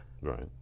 Right